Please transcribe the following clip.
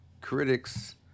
critics